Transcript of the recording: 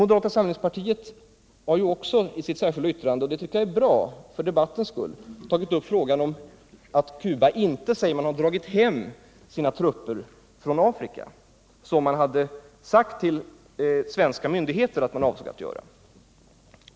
Moderata samlingspartiet har också i sitt särskilda yttrande — och det tycker jag är bra för debattens skull —tagit upp frågan om att Cuba inte har dragit hem sina trupper från Angola, vilket man hade sagt till svenska myndigheter att man avsåg att göra.